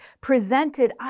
presented